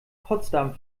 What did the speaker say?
potsdam